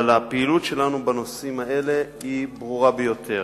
אבל הפעילות שלנו בנושאים שלנו ברורה ביותר.